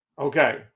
Okay